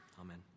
Amen